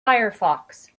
firefox